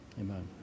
amen